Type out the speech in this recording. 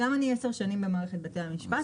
גם אני 10 שנים במערכת בתי המשפט.